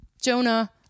Jonah